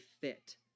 fit